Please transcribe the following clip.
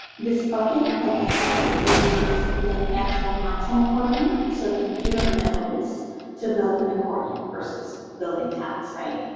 this bucket, like i said, is the enhanceable content accordion. so the computer knows to build an accordion versus building tabs right.